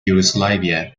yugoslavia